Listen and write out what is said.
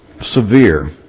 severe